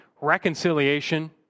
reconciliation